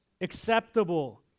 Acceptable